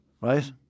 right